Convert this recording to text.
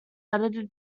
edited